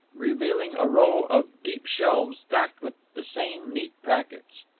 revealing a row of deep shelves stacked with the same neat packets.